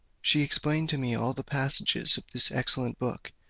she explained to me all the passages of this excellent book,